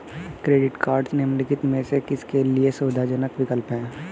Credit cards निम्नलिखित में से किसके लिए सुविधाजनक विकल्प हैं?